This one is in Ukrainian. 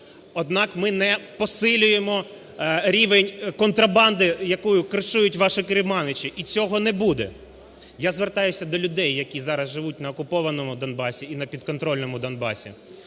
однак ми не посилюємо рівень контрабанди, яку кришують ваші керманичі, і цього не буде. Я звертаюся до людей, які зараз живуть на окупованому Донбасі і на підконтрольному Донбасі.